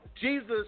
jesus